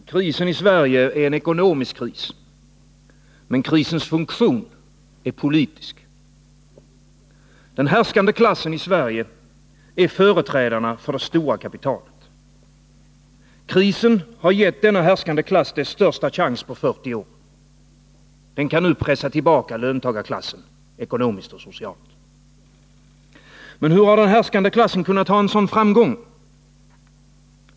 Herr talman! Krisen i Sverige är en ekonomisk kris. Men krisens funktion är politisk. Den härskande klassen i Sverige är företrädarna för det stora kapitalet. Krisen har gett denna härskande klass dess största chans på 40 år. Den kan nu pressa tillbaka löntagarklassen ekonomiskt och socialt. Men hur har den härskande klassen kunnat ha en sådan framgång?